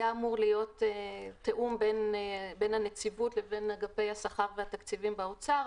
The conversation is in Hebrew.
היה אמור להיות תיאום בין הנציבות לבין אגפי השכר והתקציבים באוצר,